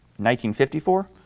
1954